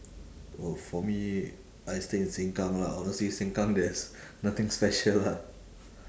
oh for me I stay in seng kang lah honestly seng kang there is nothing special lah